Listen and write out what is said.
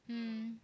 mm